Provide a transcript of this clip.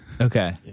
Okay